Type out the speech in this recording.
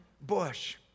bush